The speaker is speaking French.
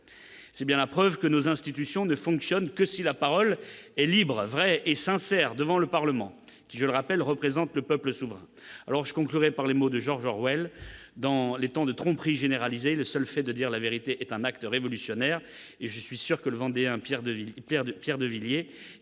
c'est bien la preuve que nos institutions ne fonctionnent que si la parole est libre, vrai et sincère devant le Parlement, qui je le rappelle, représente le peuple souverain alors je conclurai par les mots de George Orwell dans les temps de tromperie généralisée, le seul fait de dire la vérité est un acte révolutionnaire et je suis sûr que le Vendéen Pierre Deville